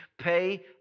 pay